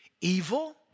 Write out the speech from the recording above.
Evil